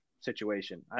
situation